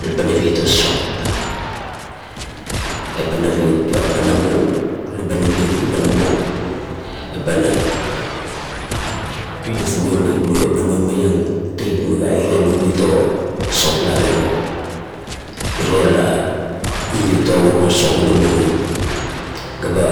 Labo naviet o sop, eba naviet ga ba namung, laba naviet ga ba namung, eba kufkufieng neip nuo, eba nomaiam tiep ga ba mega, iro la oviet o sop garero iro la uviet o sop ula muru, ga ba